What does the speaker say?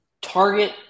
Target